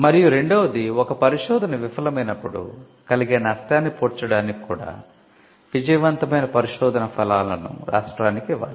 మరియు రెండవది ఒక పరిశోధన విఫలమైనప్పుడు కలిగే నష్టాన్ని పూడ్చడానికి కూడా విజయవంతమైన పరిశోధన ఫలాలను రాస్త్రానికి ఇవ్వాలి